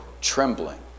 trembling